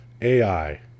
AI